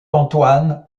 antoine